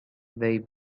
they